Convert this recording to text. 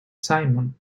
simon